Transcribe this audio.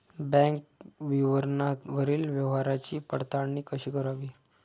Bank विवरणावरील व्यवहाराची पडताळणी कशी करावी?